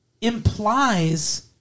implies